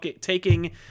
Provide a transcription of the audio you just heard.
taking